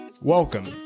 Welcome